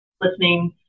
listening